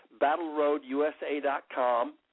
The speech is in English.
battleroadusa.com